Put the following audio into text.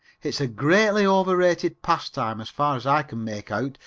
it's a greatly over-rated pastime as far as i can make out,